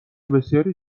بسیاری